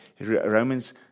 Romans